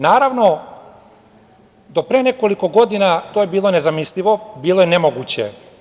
Naravno, do pre nekoliko godina to je bilo nezamislivo, bilo je nemoguće.